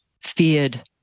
feared